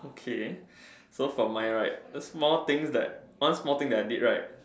okay so for mine right the small things that one small thing that I did right